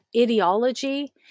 ideology